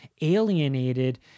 alienated